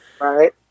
right